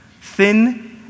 Thin